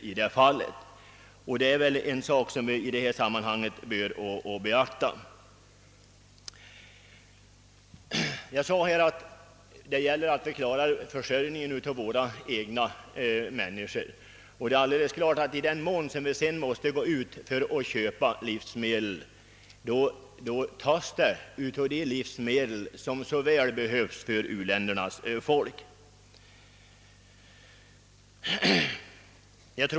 Vi måste alltså se till att vi blir självförsörjande på detta område. Om vi importerar livsmedel tar vi i anspråk livsmedel som u-ländernas människor behöver.